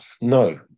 no